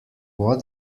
what